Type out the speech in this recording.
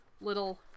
little